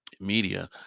media